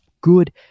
good